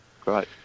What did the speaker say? Great